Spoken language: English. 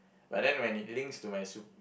but then when it links to my su~